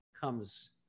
comes